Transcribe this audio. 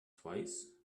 twice